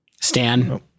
Stan